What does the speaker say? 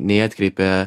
nei atkreipia